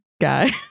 guy